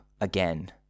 again